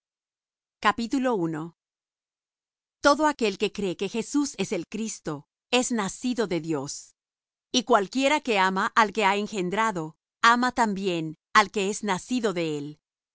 su hermano todo aquel que cree que jesús es el cristo es nacido de dios y cualquiera que ama al que ha engendrado ama también al que es nacido de él